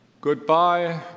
Goodbye